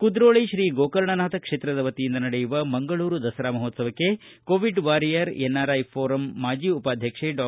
ಕುದ್ರೋಳ ಶ್ರೀ ಗೋಕರ್ಣನಾಥ ಕ್ಷೇತ್ರದ ವತಿಯಿಂದ ನಡೆಯುವ ಮಂಗಳೂರು ದಸರಾ ಮಹೋತ್ಲವಕ್ಕೆ ಕೋವಿಡ್ ವಾರಿಯರ್ ಎನ್ಆರ್ಐ ಫೋರಂ ಮಾಜಿ ಉಪಾಧ್ವಕ್ಷೆ ಡಾ